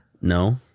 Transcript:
No